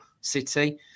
City